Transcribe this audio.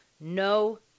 no